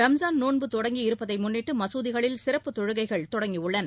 ரம்ஜான் நோன்பு தொடங்கியிருப்பதை முன்னிட்டு மசூதிகளில் சிறப்புத் தொழுகைகள் தொடங்கியுள்ளன